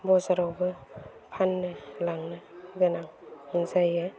बाजारावबो फाननो लांनो गोनां जायो